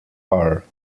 are